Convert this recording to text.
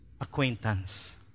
acquaintance